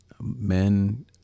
Men